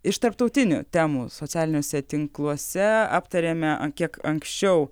iš tarptautinių temų socialiniuose tinkluose aptarėme kiek anksčiau